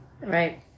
Right